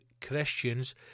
christians